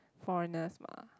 foreigners mah